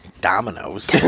Dominoes